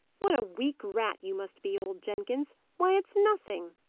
what a weak rat you must be, old jenkins! why, it's nothing!